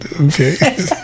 Okay